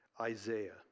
Isaiah